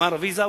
נגמרה הוויזה,